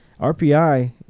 RPI